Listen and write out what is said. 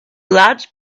large